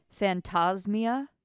phantasmia